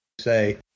say